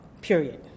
period